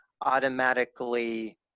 automatically